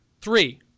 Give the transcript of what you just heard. three